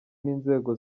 y’inzego